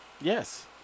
Yes